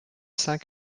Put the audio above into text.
cent